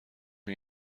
اون